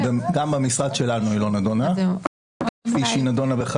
גם במשרד שלנו היא לא נדונה כפי שהיא נדונה בדרך